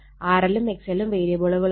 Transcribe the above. RL ഉം XL ഉം വേരിയബിളുകളാണ്